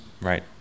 right